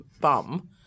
bum